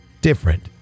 different